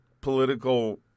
political